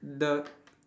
the